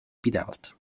pidevalt